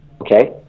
okay